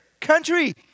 country